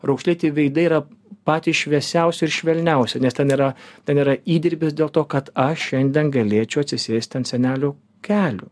raukšlėti veidai yra patys šviesiausi ir švelniausi nes ten yra ten yra įdirbis dėl to kad aš šiandien galėčiau atsisėsti ant senelių kelių